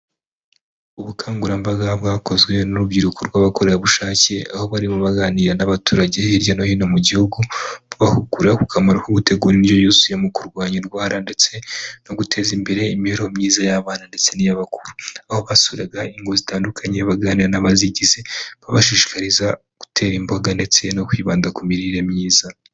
Ubukangurambaga bwakozwe n'urubyiruko rw'abakorerabushake aho barimo baganira n'abaturage hirya no hino mu gihugu bahugura ku kamaro ko gutegura indyo yuzuye mu kurwanya indwara ndetse no guteza imbere imibereho myiza y'abana ndetse n'iyabakuru aho basuraga ingo zitandukanye baganira n'abazigize babashishikariza gutera imboga ndetse no kwibanda ku mirire myiza.